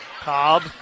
Cobb